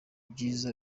byiza